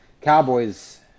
Cowboys